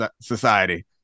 society